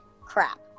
crap